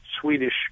Swedish